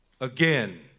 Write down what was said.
Again